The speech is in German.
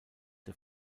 der